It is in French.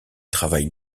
travaille